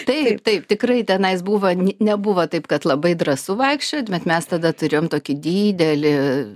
taip taip tikrai tenais buvo nebuvo taip kad labai drąsu vaikščiot bet mes tada turėjom tokį didelį